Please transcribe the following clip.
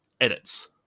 edits